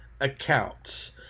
accounts